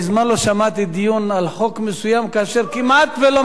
מזמן לא שמעתי דיון על חוק מסוים כאשר כמעט שלא מדברים על החוק.